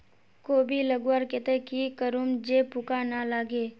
कोबी लगवार केते की करूम जे पूका ना लागे?